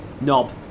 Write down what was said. knob